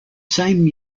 same